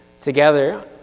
together